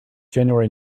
january